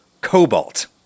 cobalt